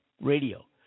radio